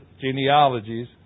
genealogies